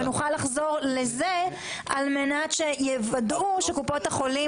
ונוכל לחזור לזה על מנת שיוודאו שקופות-החולים